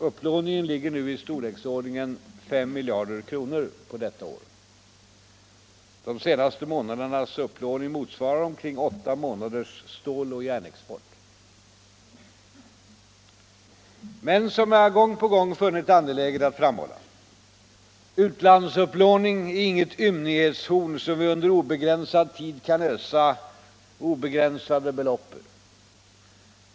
Upplåningen ligger nu i storleksordningen 5 miljarder kronor för detta år. De senaste månadernas upplåning motsvarar omkring åtta månaders ståloch järnexport. Men, som jag gång på gång funnit det angeläget att framhålla, utlandsupplåning är inget ymnighetshorn som vi under obegränsad tid kan ösa obegränsade belopp ur.